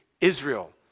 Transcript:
Israel